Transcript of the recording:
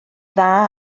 dda